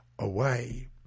away